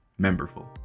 Memberful